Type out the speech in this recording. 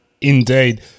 Indeed